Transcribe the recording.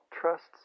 trusts